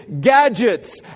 gadgets